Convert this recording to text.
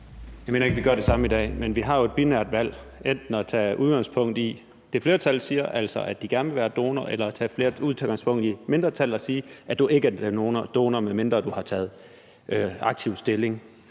Jeg mener ikke, at vi gør det samme i dag, men vi har jo et binært valg mellem enten at tage udgangspunkt i det, flertallet siger, altså at de gerne vil være donorer, eller at tage udgangspunkt i mindretallet og sige, at du ikke er donor, medmindre du har taget aktivt stilling.